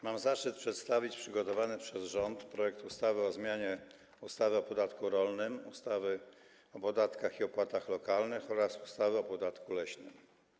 Mam zaszczyt przedstawić przygotowany przez rząd projekt ustawy o zmianie ustawy o podatku rolnym, ustawy o podatkach i opłatach lokalnych oraz ustawy o podatku leśnym.